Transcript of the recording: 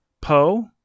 Poe